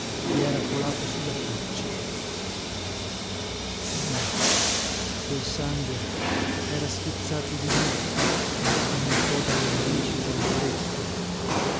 colato su la faccia ma no quel sangue era schizzato di lì come un po dalle narici e dagli orecchi